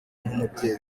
nk’umubyeyi